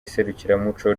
iserukiramuco